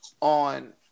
on